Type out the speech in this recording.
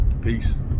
Peace